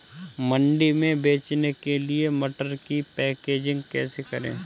मंडी में बेचने के लिए मटर की पैकेजिंग कैसे करें?